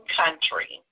country